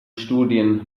studien